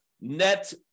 net